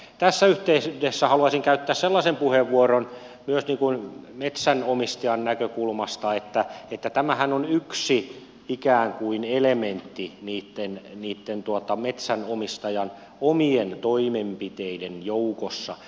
tässä yhteydessä haluaisin käyttää sellaisen puheenvuoron myös metsänomistajan näkökulmasta että tämähän on ikään kuin yksi elementti niitten metsänomistajan omien toimenpiteiden joukossa